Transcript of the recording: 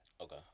Okay